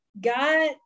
God